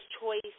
Choice